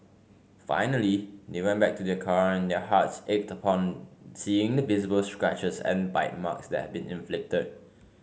finally they went back to their car and their hearts ached upon seeing the visible scratches and bite marks that had been inflicted